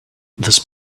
this